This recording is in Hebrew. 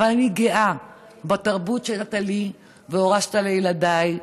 אבל אני גאה בתרבות שנתת לי והורשת לילדיי.